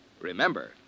Remember